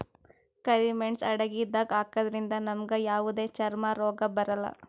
ಕರಿ ಮೇಣ್ಸ್ ಅಡಗಿದಾಗ್ ಹಾಕದ್ರಿಂದ್ ನಮ್ಗ್ ಯಾವದೇ ಚರ್ಮ್ ರೋಗ್ ಬರಲ್ಲಾ